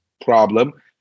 problem